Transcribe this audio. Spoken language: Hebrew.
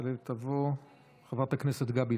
תעלה ותבוא חברת הכנסת גבי